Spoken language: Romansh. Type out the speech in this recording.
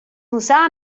mussar